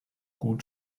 gut